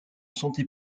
santé